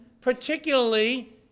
particularly